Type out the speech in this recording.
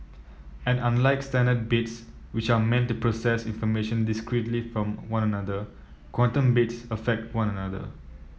and unlike standard bits which are meant to process information discretely from one another quantum bits affect one another